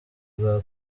rwa